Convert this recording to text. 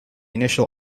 initial